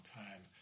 time